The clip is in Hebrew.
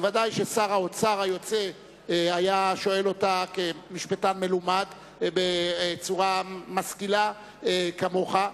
שבוודאי שר האוצר היוצא היה שואל כמשפטן מלומד בצורה משכילה כמוך,